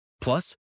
Plus